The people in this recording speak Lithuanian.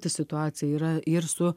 situacija yra ir su